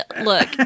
look